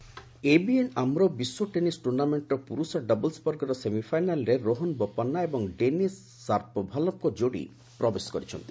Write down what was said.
tennis ABN AMRO ବିଶ୍ୱ tennis ଟୁର୍ଣ୍ଣାମେଣ୍ଟର ପୁରୁଷ ଡବଲ୍ସ ବର୍ଗର ସେମିଫାଇନାଲ୍ରେ ରୋହନ ବୋପନ୍ନା ଏବଂ ଡେନିସ୍ ସାପୋଭାଲୋଭ୍ଙ୍କ ଯୋଡ଼ି ପ୍ରବେଶ କରିଛନ୍ତି